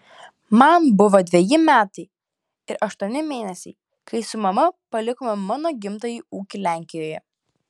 man buvo dveji metai ir aštuoni mėnesiai kai su mama palikome mano gimtąjį ūkį lenkijoje